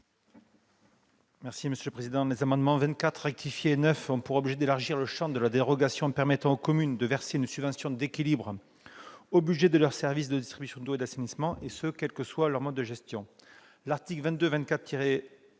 de la commission ? Les amendements n 24 rectifié et 9 rectifié ont pour objet d'élargir le champ de la dérogation permettant aux communes de verser une subvention d'équilibre au budget de leurs services de distribution d'eau et d'assainissement, et ce quel que soit leur mode de gestion. L'article L. 2224-2